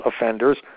offenders